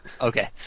Okay